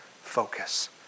focus